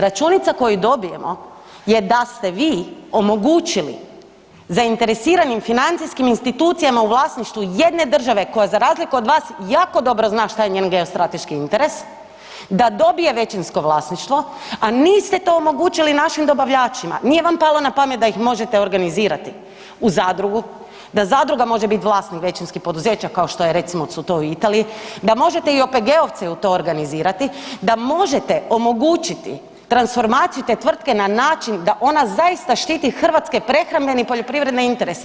Računica koju dobijemo je da ste vi omogućili zainteresiranim financijskim institucijama u vlasništvu jedne države koja za razliku od vas jako dobro zna šta je njen geostrateški interes, da dobije većinsko vlasništvo, a niste to omogućili našim dobavljačima, nije vam palo na pamet da ih možete organizirati u zadrugu, da zadruga može bit vlasnik većinskih poduzeća kao što je recimo to u Italiji, da možete i OPG-ovce u to organizirati, da možete omogućiti transformaciju te tvrtke na način da ona zaista štiti hrvatske prehrambene i poljoprivredne interese.